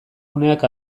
uneak